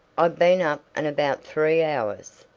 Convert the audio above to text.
i've been up and about three hours,